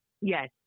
Yes